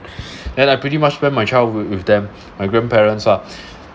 and I pretty much spent my childhood with them my grandparents lah